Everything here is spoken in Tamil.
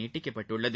நீட்டிக்கப்பட்டுள்ளது